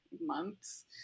months